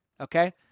okay